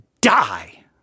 die